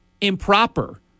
improper